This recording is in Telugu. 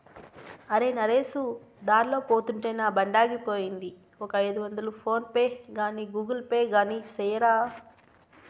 అరే, నరేసు దార్లో పోతుంటే నా బండాగిపోయింది, ఒక ఐదొందలు ఫోన్ పే గాని గూగుల్ పే గాని సెయ్యరా